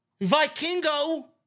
Vikingo